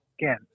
again